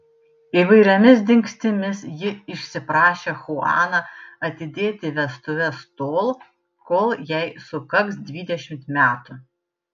įvairiomis dingstimis ji išsiprašė chuaną atidėti vestuves tol kol jai sukaks dvidešimt metų